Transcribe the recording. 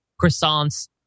croissants